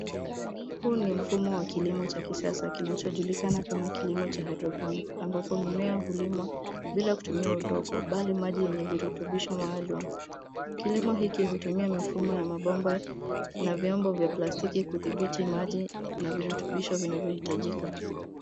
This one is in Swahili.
Huu ni mfumo wa kilimo cha kisasa kinachojulikana kama kilimo cha hydroponic ambapo mimea hulimwa bila kutumia udongo mbali maji yenye virutubisho maalum. Kilimo hiki hutumia mifumo ya mabomba na vyombo vya plastiki hili kudhibiti maji na virutubisho vinavyohitajika.